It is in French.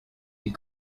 les